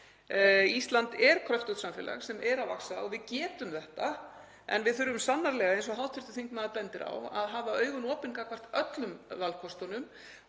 Ísland er kröftugt samfélag sem er að vaxa og við getum þetta. En við þurfum sannarlega, eins og hv. þingmaður bendir á, að hafa augun opin gagnvart öllum valkostunum